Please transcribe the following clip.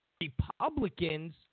Republicans